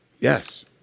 Yes